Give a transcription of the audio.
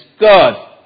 God